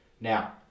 Now